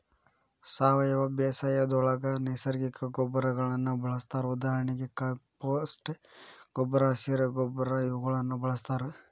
ಸಾವಯವ ಬೇಸಾಯದೊಳಗ ನೈಸರ್ಗಿಕ ಗೊಬ್ಬರಗಳನ್ನ ಬಳಸ್ತಾರ ಉದಾಹರಣೆಗೆ ಕಾಂಪೋಸ್ಟ್ ಗೊಬ್ಬರ, ಹಸಿರ ಗೊಬ್ಬರ ಇವುಗಳನ್ನ ಬಳಸ್ತಾರ